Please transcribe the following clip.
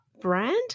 brand